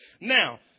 Now